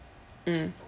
mm